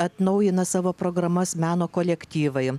atnaujina savo programas meno kolektyvai